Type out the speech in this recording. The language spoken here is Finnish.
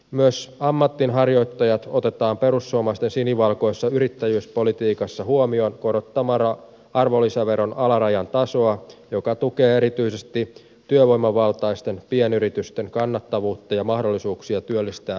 myös ammatinharjoittajat otetaan perussuomalaisten sinivalkoisessa yrittäjyyspolitiikassa huomioon korottamalla arvonlisäveron alarajan tasoa mikä tukee erityisesti työvoimavaltaisten pienyritysten kannattavuutta ja mahdollisuuksia työllistää lisähenkilöstöä